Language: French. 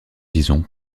liaison